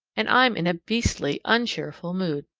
and i'm in a beastly uncheerful mood.